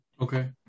Okay